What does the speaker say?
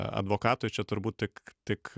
advokatui čia turbūt tik tik